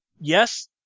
yes